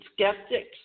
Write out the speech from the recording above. skeptics